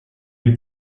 with